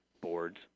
boards